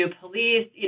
police